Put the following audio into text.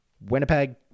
Winnipeg